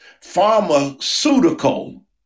pharmaceutical